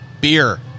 Beer